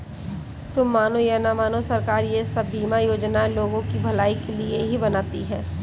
तुम मानो या न मानो, सरकार ये सब बीमा योजनाएं लोगों की भलाई के लिए ही बनाती है